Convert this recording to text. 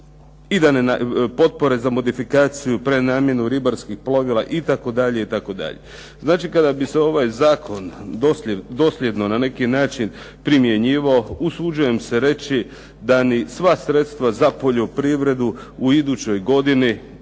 nabrajam, potpore za modifikaciju, prenamjenu ribarskih plovila itd. itd. Znači, kada bi se ovaj zakon dosljedno na neki način primjenjivao usuđujem se reći da ni sva sredstva za poljoprivredu u idućoj godini